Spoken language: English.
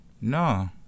No